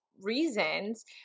Reasons